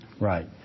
Right